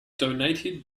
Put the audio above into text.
donated